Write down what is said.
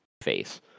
face